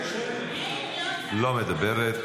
מוותרת,